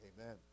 Amen